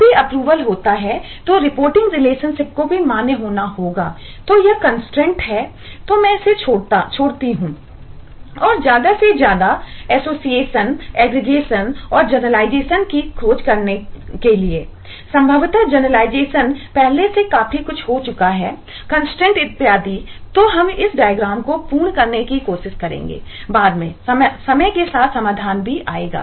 जब भी अप्रूवल को पूर्ण करने की कोशिश करें बाद में समय के साथ समाधान भी आएगा